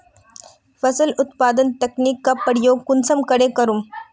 फसल उत्पादन तकनीक का प्रयोग कुंसम करे करूम?